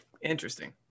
Interesting